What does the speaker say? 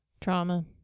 Trauma